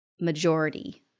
majority